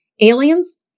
Aliens